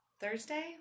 Thursday